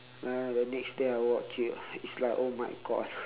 ya then the next day I watch it it's like oh my god